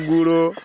গুঁড়ো